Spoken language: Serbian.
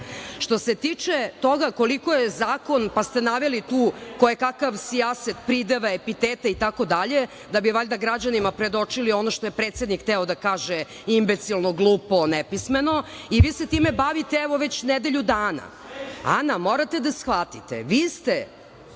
se tiče toga koliko je zakon, pa ste naveli tu koje kakav sijaset prideva, epiteta, itd, da bi valjda građanima predočili ono što je predsednik hteo da kaže imbecilno, glupo, nepismeno i vi se time bavite, evo već nedelju dana. Ana, morate da shvatite, vi ste